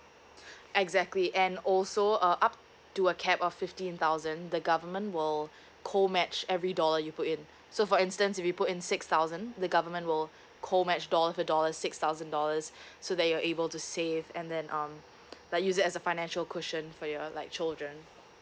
exactly and also uh up to a cap of fifteen thousand the government will co match every dollar you put in so for instance if we put in six thousand the government will co match dollar for dollar six thousand dollars so that you're able to save and then um like use it as a financial cushion for your like children